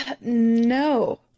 no